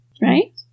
right